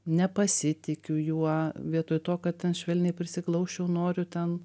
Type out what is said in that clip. nepasitikiu juo vietoj to kad ten švelniai prisiglausčiau noriu ten